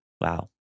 Wow